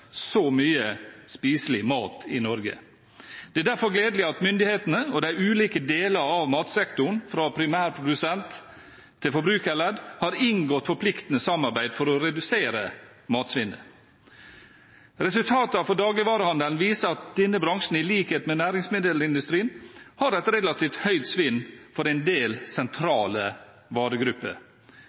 så mye spiselig mat i Norge. Det er derfor gledelig at myndighetene og de ulike deler av matsektoren – fra primærprodusent til forbrukerledd – har inngått forpliktende samarbeid for å redusere matsvinnet. Resultatene for dagligvarehandelen viser at denne bransjen, i likhet med næringsmiddelindustrien, har et relativt høyt svinn for en del sentrale